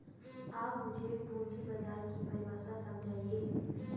आप मुझे पूंजी बाजार की परिभाषा समझाइए